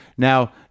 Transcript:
Now